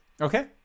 Okay